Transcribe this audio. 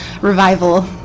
revival